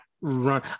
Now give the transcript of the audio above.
run